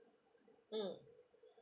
mm